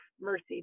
mercy